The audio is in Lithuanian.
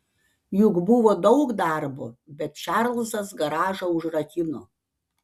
juk buvo daug darbo bet čarlzas garažą užrakino